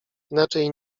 inaczej